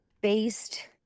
based